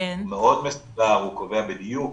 מאוד מסודר, הוא קובע בדיוק